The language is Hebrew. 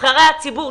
נבחרי הציבור,